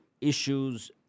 issues